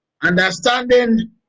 Understanding